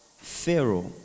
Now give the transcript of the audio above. Pharaoh